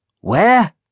Where